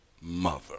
mother